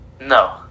No